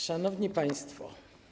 Szanowni Państwo!